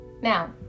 now